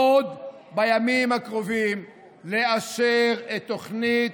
עוד בימים הקרובים לאשר את תוכנית